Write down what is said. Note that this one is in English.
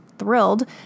Thrilled